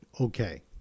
okay